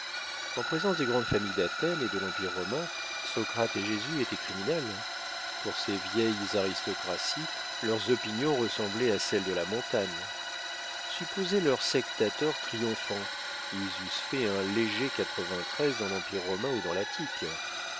en présence des grandes familles d'athènes et de l'empire romain socrate et jésus étaient criminels pour ces vieilles aristocraties leurs opinions ressemblaient à celles de la montagne supposez leurs sectateurs triomphants ils eussent fait un léger dans l'empire romain ou